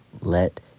let